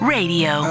Radio